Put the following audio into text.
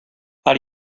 how